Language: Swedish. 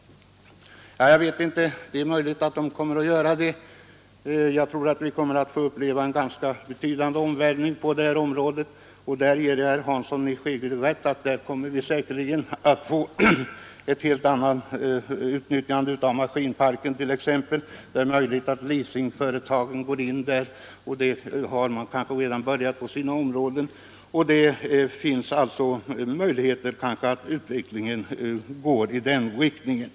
Det är möjligt. Jag tror att vi kommer att få uppleva en betydande omvälvning på detta område. Jag ger herr Hansson i Skegrie rätt i att vi säkerligen kommer att få ett helt annat utnyttjande av maskinparken. Det är möjligt att leasingföretagen går in där — det har man kanske redan börjat göra på sina håll. Det är alltså möjligt att utvecklingen går i den riktningen.